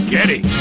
Getty